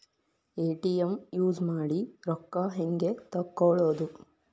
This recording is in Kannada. ಎ.ಟಿ.ಎಂ ಯೂಸ್ ಮಾಡಿ ರೊಕ್ಕ ಹೆಂಗೆ ತಕ್ಕೊಳೋದು?